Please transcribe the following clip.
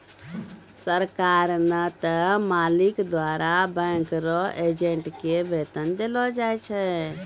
सरकार नै त मालिक द्वारा बैंक रो एजेंट के वेतन देलो जाय छै